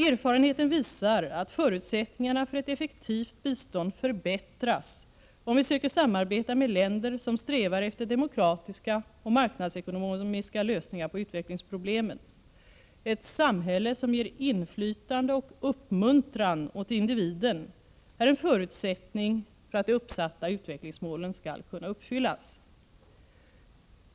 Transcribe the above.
Erfarenheten visar att förutsättningarna för ett effektivt bistånd förbättras om vi söker samarbeta med länder som strävar efter demokratiska och marknadsekonomiska lösningar på utvecklingsproblemen. Ett samhälle som ger inflytande och uppmuntran åt individen är en förutsättning för att de uppsatta utvecklingsmålen skall kunna uppfyllas.